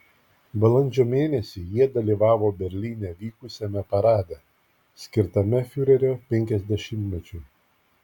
balandžio mėnesį jie dalyvavo berlyne vykusiame parade skirtame fiurerio penkiasdešimtmečiui